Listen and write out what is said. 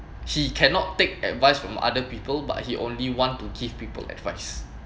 he cannot take advice from other people but he only want to give people advice